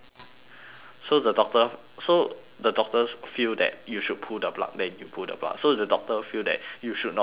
so the doctor so the doctors feel that you should pull the plug then you pull the plug so the doctor feel that you should not pull the plug